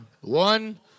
One